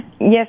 Yes